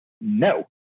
No